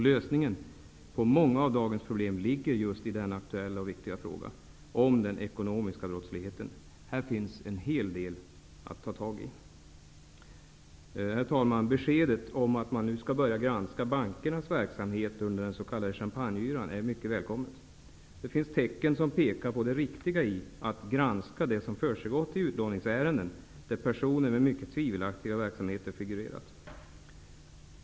Lösningen av många av dagens problem ligger just i den aktuella och viktiga frågan om den ekonomiska brottsligheten. Här finns en hel del att ta tag i. Herr talman! Beskedet att man nu skall börja granska bankernas verksamhet under den s.k. champagneyran är mycket välkommet. Det finns tecken som tyder på det riktiga i att granska det som försiggått i utlåningsärenden, där personer med mycket tvivelaktiga verksamheter figurerat.